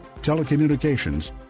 telecommunications